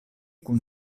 kun